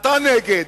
אתה נגד,